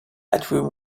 bedroom